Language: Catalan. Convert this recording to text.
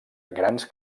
grans